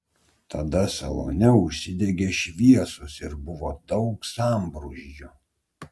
tada salone užsidegė šviesos ir buvo daug sambrūzdžio